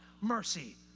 mercy